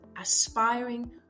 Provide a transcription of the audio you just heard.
aspiring